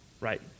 Right